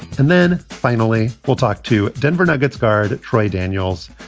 and then finally, we'll talk to denver nuggets guard troy daniels,